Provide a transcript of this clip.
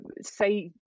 say